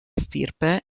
stirpe